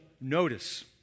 notice